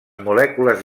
molècules